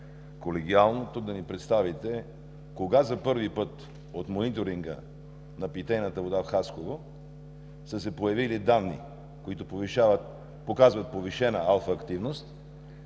колегиално тук да ни представите кога за първи път от мониторинга на питейната вода в Хасково са се появили данни, които показват повишена алфа активност